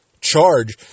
charge